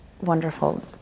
wonderful